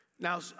Now